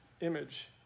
image